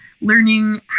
learning